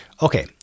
Okay